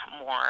more